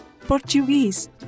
Portuguese